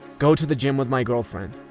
go to the gym with my girlfriend.